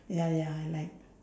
ya ya I like